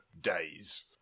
days